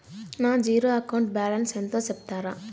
నా zero account balance ఎంతో సెప్తారా?